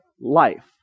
life